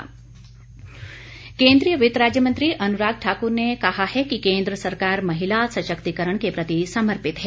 अनुराग केन्द्रीय वित्त राज्य मंत्री अनुराग ठाक्र ने कहा है कि केंद्र सरकार महिला सशक्तिकरण के प्रति समर्पित है